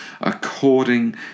according